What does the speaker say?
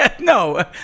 No